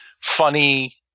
funny